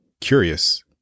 Curious